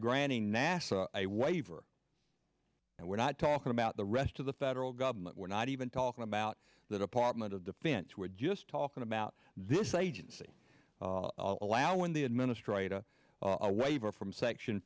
granting nasa a waiver and we're not talking about the rest of the federal government we're not even talking about the department of defense we're just talking about this agency allowing the administrator a waiver from section